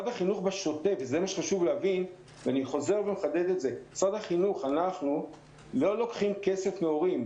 אני חוזר ומחדד: משרד החינוך לא לוקח כסף מהורים.